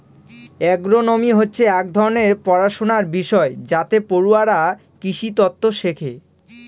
agronomy হচ্ছে এক ধরনের পড়াশনার বিষয় যাতে পড়ুয়ারা কৃষিতত্ত্ব শেখে